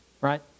Right